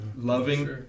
Loving